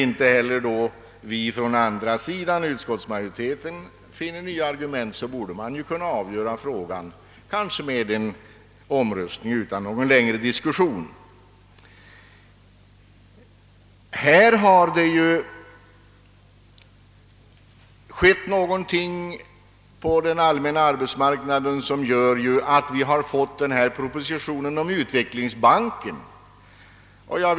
Inte heller vi inom utskottsmajoriteten har kunnat finna nya argument, och då borde man kanske kunna avgöra frågorna med en omröstning utan någon längre diskussion. På den allmänna arbetsmarknaden bar det emellertid inträffat någonting som gjort att propositionen om utvecklingsbanken har framlagts.